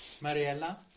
Mariella